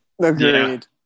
Agreed